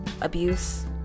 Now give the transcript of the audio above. abuse